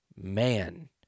man